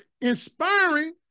inspiring